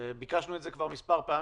זה ביקשנו את זה כבר מספר פעמים,